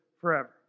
forever